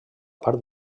part